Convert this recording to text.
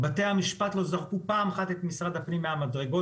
בתי המשפט לא זרקו פעם אחת את משרד הפנים מהמדרגות